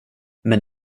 men